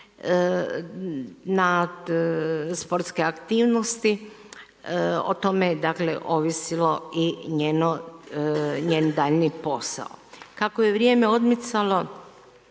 na sportske aktivnosti, o tome je ovisio i njen daljnji posao. Kako je vrijeme odmicalo